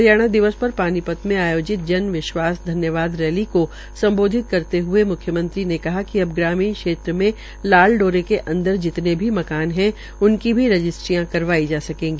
हरियाणा दिवस पर पानीपत में आयोजित जन विश्वास धनयबाद रैली को सम्बोधित करते हए मुख्यमंत्री ने कहा कि अब ग्रामीण क्षेत्र में लाल डोरे के अंदर जितने मकान है उनकी भी रजिस्ट्रियांकराई जा सकेगी